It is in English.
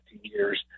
years